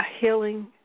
healing